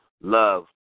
love